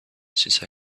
since